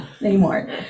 anymore